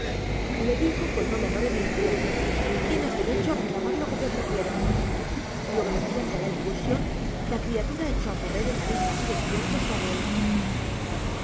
le dijo con no menor energía tienes derecho a reclamar lo que te ofrecieron y obedeciendo a la impulsión la criatura echó a correr en la misma dirección que su abuelo